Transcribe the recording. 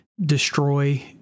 destroy –